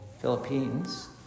Philippines